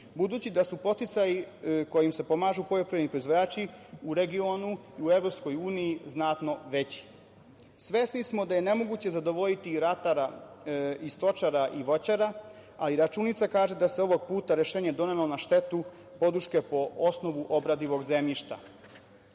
budući da su podsticaji kojim se pomažu poljoprivredni proizvođači u regionu u EU znatno veći. Svesni smo da je nemoguće zadovoljiti i ratara i stočara i voćara, ali računica kaže da se ovog puta rešenje donelo na štetu podrške po osnovu obradivog zemljišta. Svesni